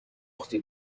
زخمتی